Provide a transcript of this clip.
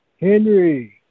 Henry